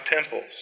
temples